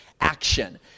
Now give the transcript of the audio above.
action